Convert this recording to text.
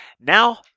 Now